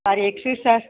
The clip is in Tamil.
சார் எக்சி சார்